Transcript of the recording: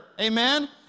amen